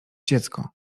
dziecko